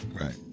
Right